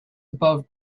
above